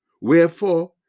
wherefore